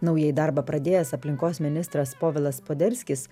naujai darbą pradėjęs aplinkos ministras povilas poderskis